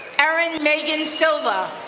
aaron megan silva,